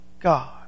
God